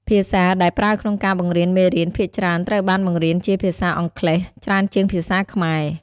ភាសាដែលប្រើក្នុងការបង្រៀនមេរៀនភាគច្រើនត្រូវបានបង្រៀនជា ភាសាអង់គ្លេសច្រើនជាងភាសាខ្មែរ។